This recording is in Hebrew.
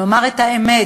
נאמר את האמת: